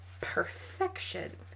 Perfection